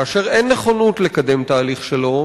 כאשר אין נכונות לקדם תהליך שלום,